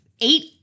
eight